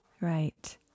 Right